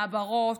מעברות,